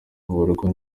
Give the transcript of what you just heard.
aburirwa